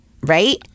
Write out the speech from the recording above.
right